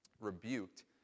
rebuked